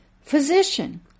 Physician